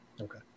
Okay